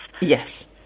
Yes